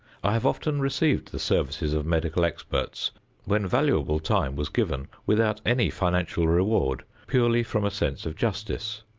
i have often received the services of medical experts when valuable time was given without any financial reward, purely from a sense of justice.